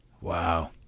Wow